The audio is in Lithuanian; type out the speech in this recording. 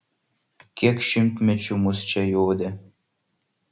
kiek šimtmečių mus čia jodė